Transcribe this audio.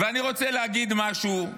ואני רוצה להגיד משהו: